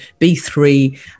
B3